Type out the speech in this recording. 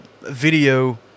video